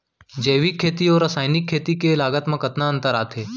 जैविक खेती अऊ रसायनिक खेती के लागत मा कतना अंतर आथे?